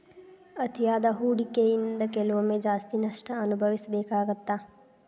ಅತಿಯಾದ ಹೂಡಕಿಯಿಂದ ಕೆಲವೊಮ್ಮೆ ಜಾಸ್ತಿ ನಷ್ಟ ಅನಭವಿಸಬೇಕಾಗತ್ತಾ